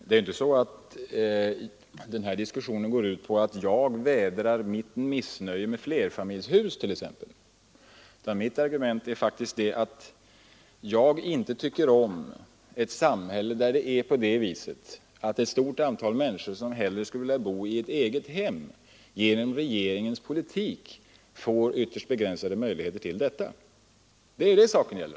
Herr talman! Den här diskussionen går inte ut på att jag får vädra mitt missnöje med t.ex. flerfamiljshus. Min argumentering är faktiskt att jag inte tycker om ett samhälle där ett stort antal människor, som hellre skulle vilja bo i ett eget hem, genom regeringens politik får ytterst begränsade möjligheter till detta. Det är vad saken gäller.